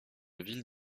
ville